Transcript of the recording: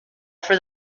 for